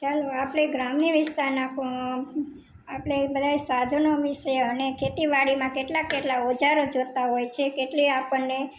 ચાલો આપળે ગ્રામ્ય વિસ્તારના કો આપણે બધાય સાધનો વિષે અને ખેતીવાડીમાં કેટલા કેટલા ઓજારો જોતાં હોય છે તેટલે આપણને